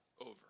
over